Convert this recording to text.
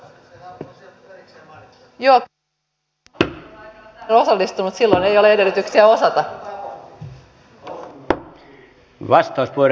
jos ei ole osallistunut silloin ei ole edellytyksiä osata